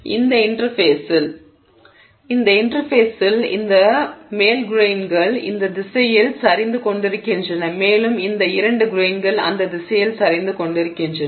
எனவே இந்த இன்டெர்ஃபேஸில் இந்த மேல் கிரெய்ன்கள் இந்த திசையில் சரிந்து கொண்டிருக்கின்றன மேலும் இந்த 2 கிரெய்ன்கள் அந்த திசையில் சரிந்து கொண்டிருக்கின்றன